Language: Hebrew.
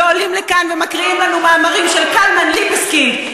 ועולים לכאן ומקריאים לנו מאמרים של קלמן ליבסקינד.